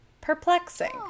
Perplexing